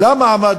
למה עמד